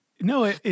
No